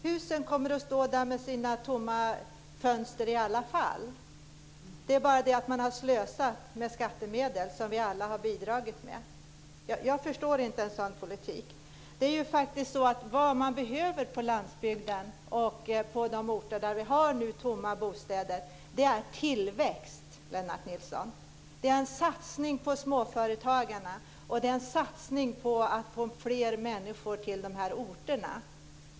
Husen kommer att stå där med sina tomma fönster i alla fall. Det är bara det att man har slösat med skattemedel som vi alla har bidragit med. Jag förstår inte en sådan politik. Vad man behöver på landsbygden och i de orter där det finns tomma bostadshus är tillväxt, Lennart Nilsson. Det är en satsning på småföretagarna och på att få fler människor till dessa orter.